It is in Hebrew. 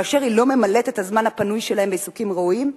כאשר היא לא ממלאת את הזמן הפנוי שלהם בעיסוקים ראויים,